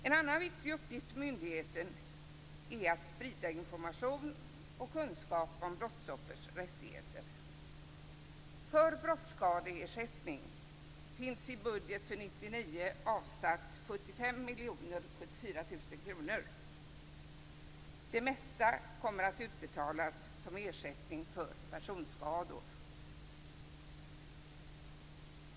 En annan viktig uppgift för myndigheten är att sprida information och kunskap om brottsoffers rättigheter.